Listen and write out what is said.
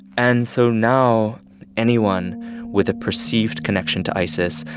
and so now anyone with a perceived connection to isis,